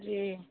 जी